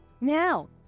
Now